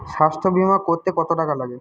স্বাস্থ্যবীমা করতে কত টাকা লাগে?